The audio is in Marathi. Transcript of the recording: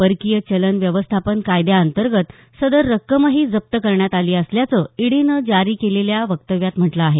परकीय चलन व्यवस्थापन कायद्या अंतर्गत सदर रक्कमही जप्त करण्यात आली असल्याचं ईडीनं जारी केलेल्या वक्तव्यात म्हटलं आहे